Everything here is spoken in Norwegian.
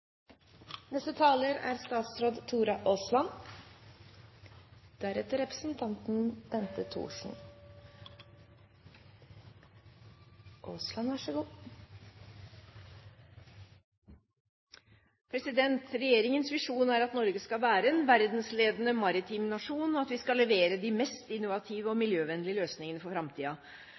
Regjeringens visjon er at Norge skal være en verdensledende maritim nasjon, og at vi skal levere de mest innovative og miljøvennlige løsningene for